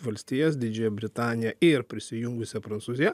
valstijas didžiąją britaniją ir prisijungusią prancūziją